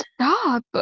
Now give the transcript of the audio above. stop